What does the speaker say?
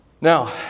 Now